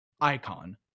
icon